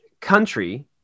country